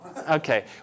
Okay